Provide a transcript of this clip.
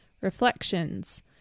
Reflections